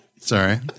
sorry